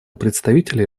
представителей